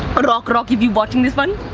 but rock, rock. if you're watching this one,